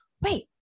wait